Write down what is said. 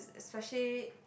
is specially